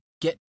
get